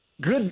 good